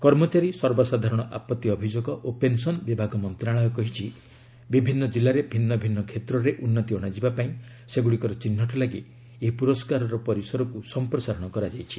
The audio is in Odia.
କର୍ମଚାରୀ ସର୍ବସାଧାରଣ ଆପତ୍ତି ଅଭିଯୋଗ ଓ ପେନସନ ବିଭାଗ ମନ୍ତ୍ରଶାଳୟ କହିଛି ବିଭିନ୍ନ ଜିଲ୍ଲାରେ ଭିନ୍ନ ଭିନ୍ନ କ୍ଷେତ୍ରରେ ଉନ୍ନତି ଅଣାଯିବା ପାଇଁ ସେଗୁଡ଼ିକର ଚିହ୍ନଟ ଲାଗି ଏହି ପୁରସ୍କାରର ପରିସରକୁ ସମ୍ପ୍ରସାରଣ କରାଯାଇଛି